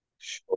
sure